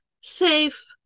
safe